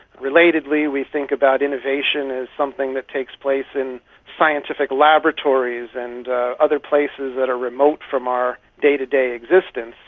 relatedly we think about innovation as something that takes place in scientific laboratories and other places that are remote from our day-to-day existence,